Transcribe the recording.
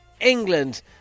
England